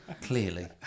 Clearly